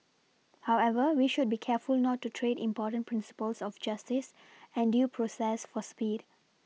however we should be careful not to trade important Principles of justice and due process for speed